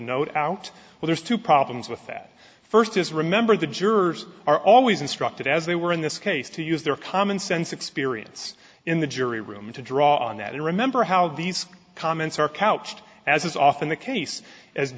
note out well there's two problems with that first is remember the jurors are always instructed as they were in this case to use their common sense experience in the jury room to draw on that and remember how these comments are couched as is often the case